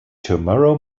tomorrow